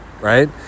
right